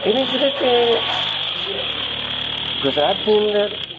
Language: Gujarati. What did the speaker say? તેવી જ રીતે ગુજરાતની અંદર